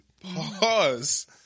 Pause